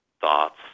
thoughts